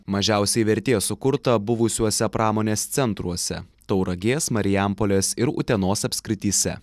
mažiausiai vertės sukurta buvusiuose pramonės centruose tauragės marijampolės ir utenos apskrityse